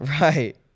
Right